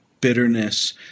bitterness